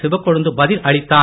சிவக்கொழுந்து பதில் அளித்தார்